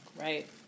right